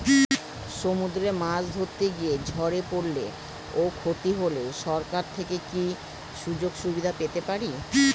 সমুদ্রে মাছ ধরতে গিয়ে ঝড়ে পরলে ও ক্ষতি হলে সরকার থেকে কি সুযোগ সুবিধা পেতে পারি?